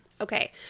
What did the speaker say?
Okay